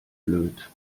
blöd